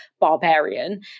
barbarian